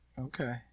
Okay